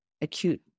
acute